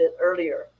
earlier